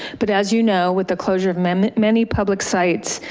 but as you know, with the closure of many many public sites,